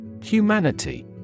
Humanity